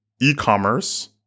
e-commerce